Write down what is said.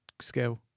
skill